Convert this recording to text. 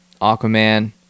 aquaman